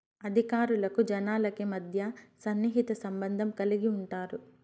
అధికారులకు జనాలకి మధ్య సన్నిహిత సంబంధం కలిగి ఉంటారు